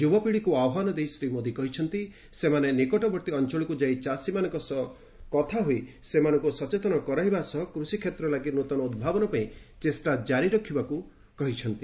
ଯୁବପିଢ଼ିକୁ ଆହ୍ୱାନ ଦେଇ ଶ୍ରୀ ମୋଦି କହିଛନ୍ତି ସେମାନେ ନିକଟବର୍ତ୍ତୀ ଅଞ୍ଚଳକୁ ଯାଇ ଚାଷୀମାନଙ୍କ ସହ କଥା ହୋଇ ସେମାନଙ୍କୁ ସଚେତନ କରାଇବା ସହ କୃଷିକ୍ଷେତ୍ର ଲାଗି ନୂତନ ଉଭାବନ ପାଇଁ ଚେଷ୍ଟା ଜାରି ରଖିବାକୁ ପରାମର୍ଶ ଦେଇଥିଲେ